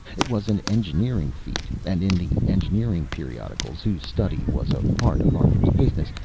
it was an engineering feat, and in the engineering periodicals, whose study was a part of arthur's business,